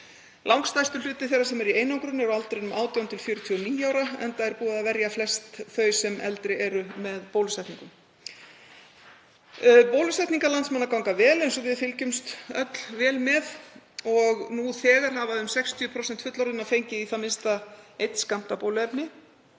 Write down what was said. Langstærstur hluti þeirra sem eru í einangrun er á aldrinum 18–49 ára, enda er búið að verja flest þau sem eldri eru með bólusetningum. Bólusetningar landsmanna ganga vel, eins og við fylgjumst öll vel með. Nú þegar hafa um 60% fullorðinna fengið í það minnsta einn skammt af bóluefni.